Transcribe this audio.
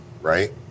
right